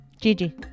Gigi